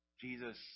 Jesus